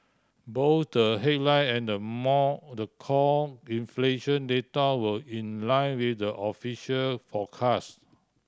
both the headline and the more the core inflation data were in line with the official forecast